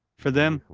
for them,